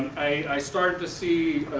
i started to see